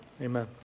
amen